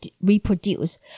reproduce